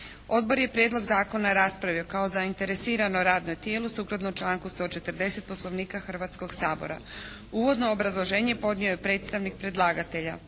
Odbor je Prijedlog Zakona raspravio kao zainteresirano radno tijelo sukladno članku 140. Poslovnika Hrvatskog sabora. Uvodno obrazloženje podnio je predstavnik predlagatelja.